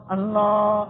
Allah